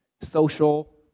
social